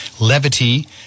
levity